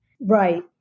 Right